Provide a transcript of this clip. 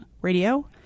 radio